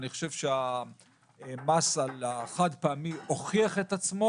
אני חושב שהמס על החד פעמי הוכיח את עצמו,